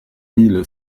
mille